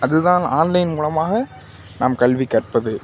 அது தான் ஆன்லைன் மூலமாக நாம் கல்வி கற்பது